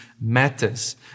matters